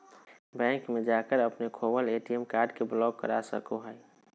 bank में जाकर अपने खोवल ए.टी.एम कार्ड के ब्लॉक करा सको हइ